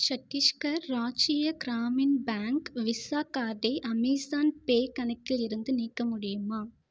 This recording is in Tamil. சட்டீஸ்கர் ராஜ்ய கிராமின் பேங்க் விஸா கார்டை அமேஸான் பே கணக்கிலிருந்து நீக்க முடியுமா